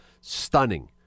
stunning